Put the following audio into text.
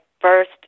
first